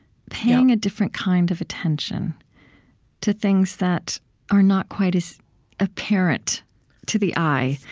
paying a different kind of attention to things that are not quite as apparent to the eye,